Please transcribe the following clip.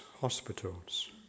hospitals